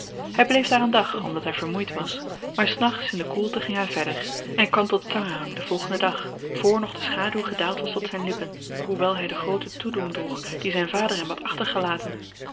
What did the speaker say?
hy bleef daar een dag omdat hy vermoeid was maar s nachts in de koelte ging hy verder en kwam tot tangerang den volgenden dag voor nog de schaduw gedaald was tot zyn lippen hoewel hy den grooten toedoeng droeg dien zyn vader hem had achtergelaten